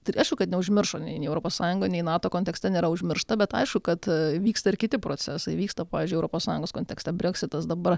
tai aišku kad neužmiršo nei europos sąjunga nei nato kontekste nėra užmiršta bet aišku kad vyksta ir kiti procesai vyksta pavyzdžiui europos sąjungos kontekste breksitas dabar